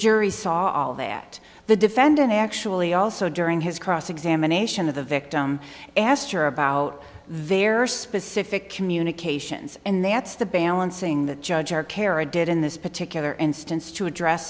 jury saw all that the defendant actually also during his cross examination of the victim asked her about their specific communications and that's the balancing the judge or kara did in this particular instance to address